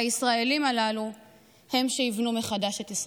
הישראלים הללו הם שיבנו מחדש את ישראל.